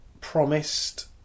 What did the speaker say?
promised